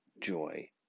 joy